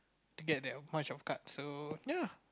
to get that much of cards so ya